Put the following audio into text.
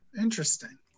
Interesting